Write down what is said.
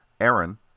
Aaron